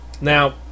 Now